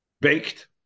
baked